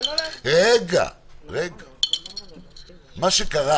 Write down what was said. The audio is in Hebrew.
מה שקרה